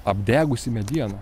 apdegusi mediena